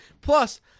plus